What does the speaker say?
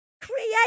Create